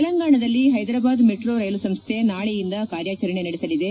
ತೆಲಂಗಾಣದಲ್ಲಿ Hyderabad metro rail ಸಂಸ್ಡೆ ನಾಳೆಯಿಂದ ಕಾರ್ಯಾಚರಣೆ ನಡೆಸಲಿದೆ